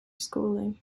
schooling